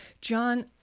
John